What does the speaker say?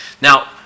Now